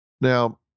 Now